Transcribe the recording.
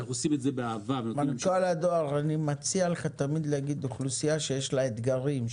אל תגיד קשה, תגיד שיש לה קשיים ואתגרים.